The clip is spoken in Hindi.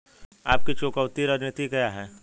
आपकी चुकौती रणनीति क्या है?